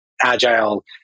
agile